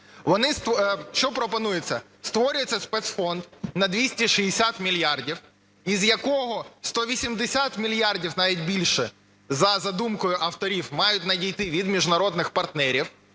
Що пропонується? Створюється спецфонд на 260 мільярдів, із якого 180 мільярдів, навіть більше, за задумкою авторів мають надійти від міжнародних партнерів,